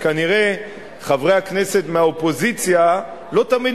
וכנראה חברי הכנסת מהאופוזיציה לא תמיד